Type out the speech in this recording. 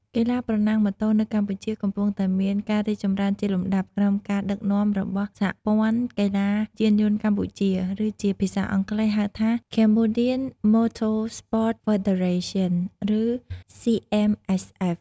កីឡាប្រណាំងម៉ូតូ នៅកម្ពុជាកំពុងតែមានការរីកចម្រើនជាលំដាប់ ក្រោមការដឹកនាំរបស់ សហព័ន្ធកីឡាយានយន្តកម្ពុជា ឬជាភាសាអង់គ្លេស ហៅថា Cambodian Motor Sports Federation ឬ CMSF)។